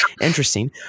interesting